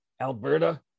Alberta